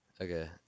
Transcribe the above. Okay